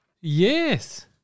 Yes